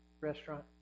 restaurant